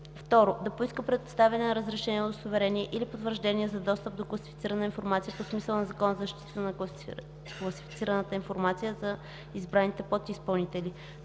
2. да поиска представяне на разрешение, удостоверение или потвърждение за достъп до класифицирана информация по смисъла на Закона за защита на класифицираната информация за избраните подизпълнители;